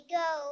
go